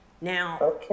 Now